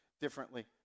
differently